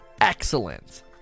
excellent